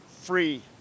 free